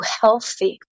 healthy